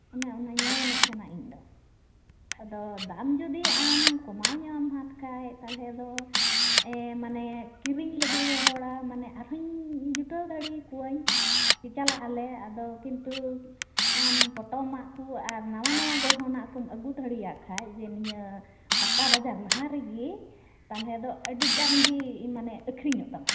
ᱚᱱᱮ ᱚᱱᱟᱧ ᱢᱮᱱᱮᱫ ᱠᱟᱱᱟ ᱤᱧ ᱫᱚ ᱟᱫᱚ ᱫᱟᱢ ᱡᱩᱫᱤ ᱟᱢ ᱠᱚᱢᱟᱣᱤᱧᱟᱹᱢ ᱦᱟᱛᱟᱣ ᱠᱷᱟᱱ ᱛᱟᱦᱚᱞᱮ ᱫᱚ ᱢᱟᱱᱮ ᱠᱤᱨᱤᱧ ᱞᱟᱹᱜᱤᱫ ᱦᱚᱸ ᱦᱚᱲᱟᱜ ᱢᱟᱱᱮ ᱟᱨᱦᱚᱧ ᱡᱩᱴᱟᱹᱣ ᱫᱟᱲᱮᱣᱟᱠᱚᱣᱟᱹᱧ ᱪᱟᱞᱟᱜ ᱟᱞᱮ ᱟᱫᱚ ᱠᱤᱱᱛᱩ ᱟᱢ ᱯᱚᱴᱚᱢᱟᱜ ᱠᱚ ᱟᱨ ᱱᱟᱣᱟ ᱱᱟᱣᱟ ᱜᱚᱲᱦᱚᱱᱟᱜ ᱠᱚᱢ ᱟᱹᱜᱩ ᱫᱟᱲᱮᱭᱟᱜ ᱠᱷᱟᱱ ᱡᱮ ᱱᱤᱭᱟᱹ ᱯᱟᱛᱟᱵᱟᱡᱟᱨ ᱞᱟᱦᱟ ᱨᱮᱜᱮ ᱛᱟᱦᱚᱞᱮ ᱫᱚ ᱟᱹᱰᱤ ᱜᱟᱱ ᱜᱮ ᱢᱟᱱᱮ ᱟᱠᱷᱨᱤᱧᱚᱜ ᱛᱟᱢᱟ